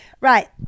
Right